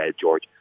George